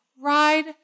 Ride